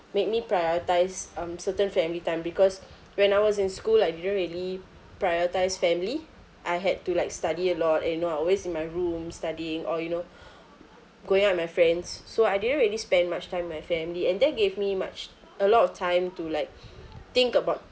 make me prioritise um certain family time because when I was in school I didn't really prioritise family I had to like study a lot and you know I always in my room studying or you know going out with my friends so I didn't really spend much time my family and that gave me much a lot of time to like think about